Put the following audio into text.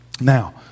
Now